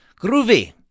Groovy